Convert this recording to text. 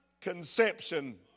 conception